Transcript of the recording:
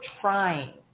trying